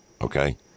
okay